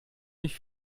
mich